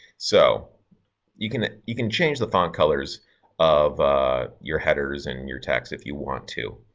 so you can you can change the font colors of your headers in your text if you want to.